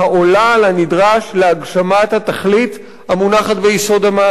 על הנדרש להגשמת התכלית המונחת ביסוד המעצר.